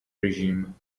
regime